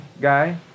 guy